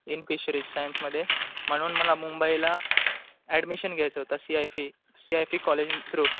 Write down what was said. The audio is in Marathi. इन फिशरीज सायन्समध्ये म्हणून मला मुंबईला ॲडमिशन घ्यायचं होतं C I F C I F college through